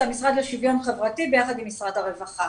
המשרד לשוויון חברתי ביחד עם משרד הרווחה.